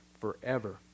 forever